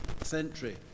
century